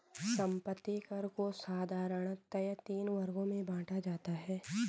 संपत्ति कर को साधारणतया तीन वर्गों में बांटा जाता है